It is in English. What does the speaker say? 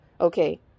Okay